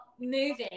moving